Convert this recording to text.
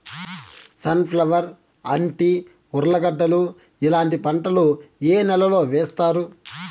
Sun flower, అంటి, ఉర్లగడ్డలు ఇలాంటి పంటలు ఏ నెలలో వేస్తారు?